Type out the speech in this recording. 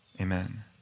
Amen